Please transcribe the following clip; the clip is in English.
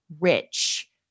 rich